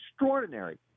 extraordinary